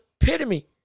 epitome